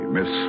Miss